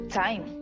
time